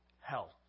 hell